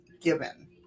given